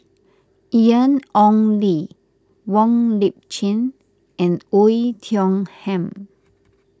Ian Ong Li Wong Lip Chin and Oei Tiong Ham